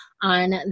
on